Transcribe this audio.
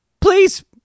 please